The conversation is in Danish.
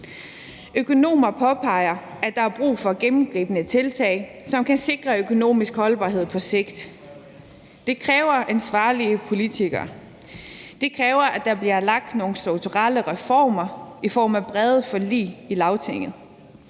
Økonomer påpeger, at der er brug for gennemgribende tiltag, som kan sikre økonomisk holdbarhed på sigt. Det kræver ansvarlige politikere. Det kræver, at der bliver lavet nogle strukturelle reformer i form af brede forlig i Lagtinget.